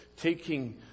taking